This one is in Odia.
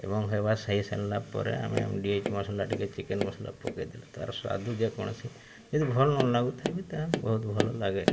ଏବଂ ହେବା ହେଇସାରିଲା ପରେ ଆମେ ଏମ୍ ଡି ଏଚ୍ ମସଲା ଟିକେ ଚିକେନ୍ ମସଲା ପକାଇଦେଲେ ତା'ର ସ୍ୱାଦ ଯେକୌଣସି ଯଦି ଭଲ ନ ଲାଗୁଥାଏ ବି ତାହା ବହୁତ ଭଲ ଲାଗେ